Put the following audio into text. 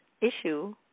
issue